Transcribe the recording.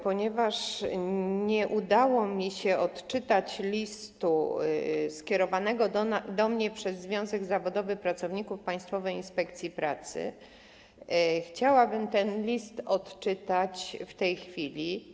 Ponieważ nie udało mi się odczytać listu skierowanego do mnie przez Związek Zawodowy Pracowników Państwowej Inspekcji Pracy, chciałabym ten list odczytać w tej chwili.